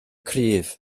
cryf